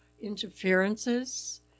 interferences